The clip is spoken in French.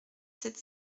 sept